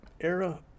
era